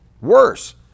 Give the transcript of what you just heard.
worse